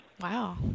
Wow